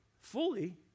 fully